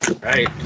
right